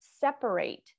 separate